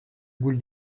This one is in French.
boule